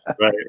Right